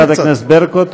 תודה לך, חברת הכנסת ברקו.